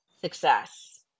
success